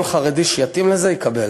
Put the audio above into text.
כל חרדי שיתאים לזה יקבל.